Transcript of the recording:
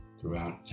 throughout